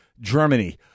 Germany